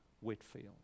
Whitfield